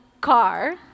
car